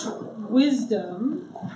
wisdom